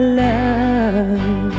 love